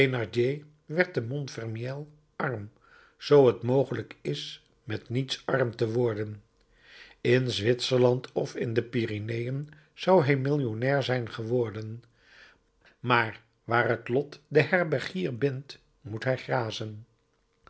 werd te montfermeil arm zoo t mogelijk is met niets arm te worden in zwitserland of in de pyreneeën zou hij millionair zijn geworden maar waar het lot den herbergier bindt moet hij grazen